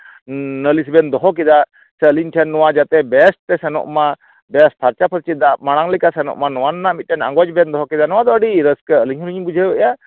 ᱞᱟᱹᱞᱤᱥ ᱵᱮᱱ ᱫᱚᱦᱚ ᱠᱮᱫᱟ ᱥᱮ ᱟᱞᱤᱧ ᱴᱷᱮᱱ ᱱᱚᱣᱟ ᱡᱟᱛᱮ ᱵᱮᱥ ᱛᱮ ᱥᱮᱱᱚᱜ ᱢᱟ ᱵᱮᱥ ᱯᱷᱟᱨᱪᱟ ᱯᱷᱟᱹᱨᱪᱤ ᱫᱟᱜ ᱢᱟᱲᱟᱝ ᱞᱮᱠᱟ ᱥᱮᱱᱚᱜ ᱢᱟ ᱱᱚᱣᱟ ᱨᱮᱱᱟᱜ ᱢᱤᱫᱴᱮᱱ ᱟᱸᱜᱚᱡ ᱵᱮᱱ ᱫᱚᱦᱚ ᱠᱮᱫᱟ ᱱᱚᱣᱟ ᱫᱚ ᱟᱹᱰᱤ ᱨᱟᱹᱥᱠᱟᱹ ᱟᱹᱞᱤᱧ ᱦᱚᱞᱤᱧ ᱵᱩᱡᱷᱟᱹᱣᱮᱫᱼᱟ